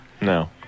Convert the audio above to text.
No